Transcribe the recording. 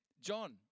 John